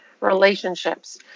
relationships